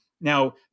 Now